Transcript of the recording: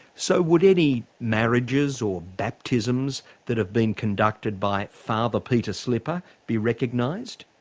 so would any marriages or baptisms that have been conducted by father peter slipper be recognised?